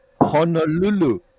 Honolulu